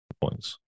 points